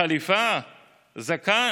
חליפה, זקן.